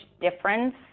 difference